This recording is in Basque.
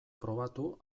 probatu